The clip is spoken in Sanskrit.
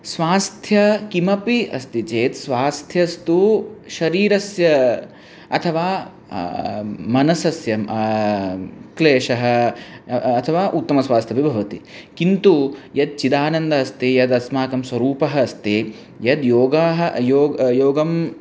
स्वास्थ्यं किमपि अस्ति चेत् स्वास्थ्यं तु शरीरस्य अथवा मनसः क्लेशः अथवा उत्तमस्वास्थ्यमपि भवति किन्तु यत् चिदानन्दः अस्ति यदस्माकं स्वरूपः अस्ति यद् योगाः योगः योगं